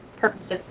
purposes